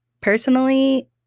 Personally